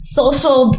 social